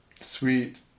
sweet